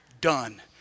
done